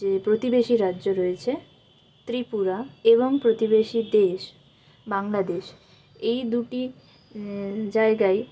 যে প্রতিবেশী রাজ্য রয়েছে ত্রিপুরা এবং প্রতিবেশী দেশ বাংলাদেশ এই দুটি জায়গায়